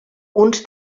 uns